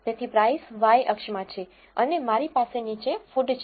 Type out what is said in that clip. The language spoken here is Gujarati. તેથી price y અક્ષમાં માં છે અને મારી પાસે નીચે food છે